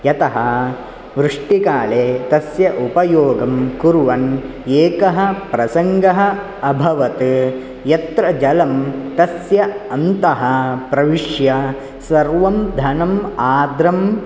यतः वृष्टिकाले तस्य उपयोगं कुर्वन् एकः प्रसङ्गः अभवत् यत्र जलं तस्य अन्तः प्रविश्य सर्वं धनम् आर्द्रम्